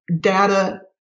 data